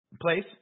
place